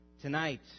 Tonight